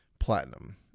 Platinum